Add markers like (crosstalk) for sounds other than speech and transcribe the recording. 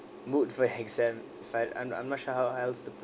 mood for exam (laughs) I'm I'm not sure how is the